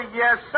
yes